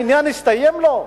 העניין הסתיים לו?